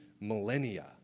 millennia